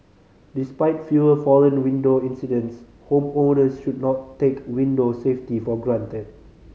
despite fewer fallen window incidents homeowners should not take window safety for granted